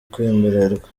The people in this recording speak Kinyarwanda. kwemererwa